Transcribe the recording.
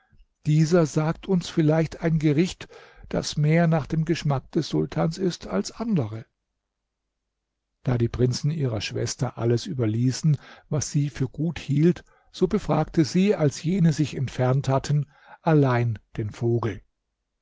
dieser sagt uns vielleicht ein gericht das mehr nach dem geschmack des sultans ist als andere da die prinzen ihrer schwester alles überließen was sie für gut hielt so befragte sie als jene sich entfernt hatten allein den vogel